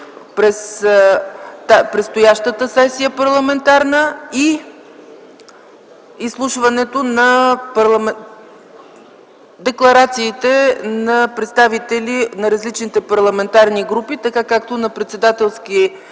през настоящата парламентарна сесия и изслушването на декларациите на представители на различните парламентарни групи, така както на Председателския